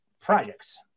projects